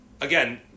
Again